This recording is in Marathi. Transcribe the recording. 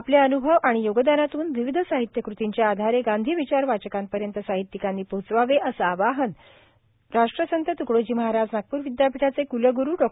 आपले अनुभव व योगदानातून विविध साहित्यकृतींच्या आधारे गांधीविचार वाचकांपर्यंत साहित्यिकांनी पोहचवावे असे आवाहन राष्ट्रसंत तुकडोजी महाराज नागपूर विद्यापीठाचे कुलगुरु डॉ